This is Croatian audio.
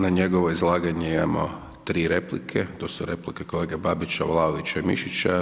Na njegovo izlaganje imamo 3 replike, to su replike kolege Babića, Vlaovića i Mišića.